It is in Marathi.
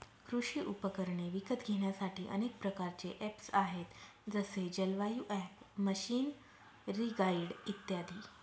कृषी उपकरणे विकत घेण्यासाठी अनेक प्रकारचे ऍप्स आहेत जसे जलवायु ॲप, मशीनरीगाईड इत्यादी